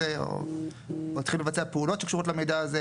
או צריכים לבצע פעולות שקשורות למידע הזה.